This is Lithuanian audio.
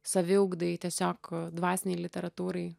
saviugdai tiesiog dvasinei literatūrai